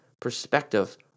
perspective